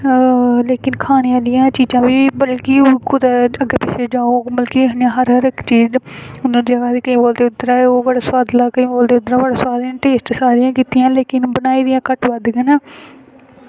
लेकिन खाने आह्ली चीज़ां बी बलके अगर कुदाै अग्गें पिच्छें जाओ मतलब की इन्ने हर इक्क चीज़ ते ओह् हट्टी उद्धर बड़ा सोआदला उद्धर बड़ा सोआदला टेस्ट सारियां कीतियां पर बनाई दियां घट्ट बद्ध न